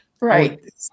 Right